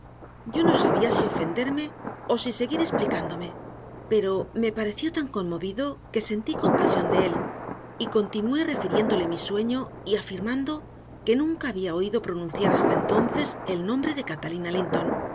yo no sabía si ofenderme o seguir explicándome pero me pareció tan conmovido que sentí compasión de él y continué refiriéndole mi sueño y afirmando que nunca había oído pronunciar hasta entonces el nombre de catalina linton